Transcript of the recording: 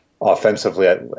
Offensively